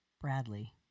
Bradley